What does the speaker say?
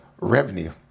revenue